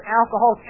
alcohol